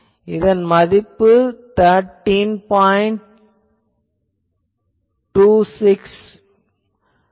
இதன் மதிப்பு மைனஸ் 13